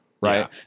Right